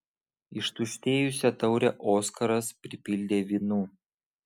ištuštėjusią taurę oskaras pripildė vynu